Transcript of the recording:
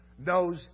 knows